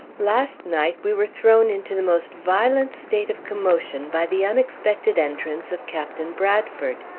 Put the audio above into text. last night we were thrown into the most violent state of commotion by the unexpected entrance of captain bradford.